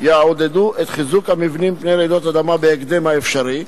יעודדו את חיזוק המבנים מפני רעידות אדמה בהקדם האפשרי,